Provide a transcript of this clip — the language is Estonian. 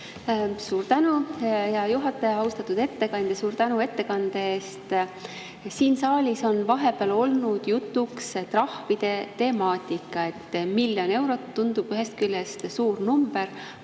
Suur tänu, hea juhataja! Austatud ettekandja, suur tänu ettekande eest! Siin saalis on vahepeal olnud jutuks trahvide temaatika. Miljon eurot tundub ühest küljest suur [summa],